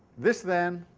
this then